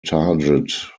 target